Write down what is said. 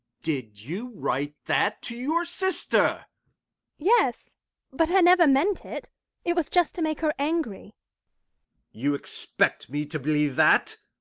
did you write that to your sister yes but i never meant it it was just to make her angry you expect me to believe that?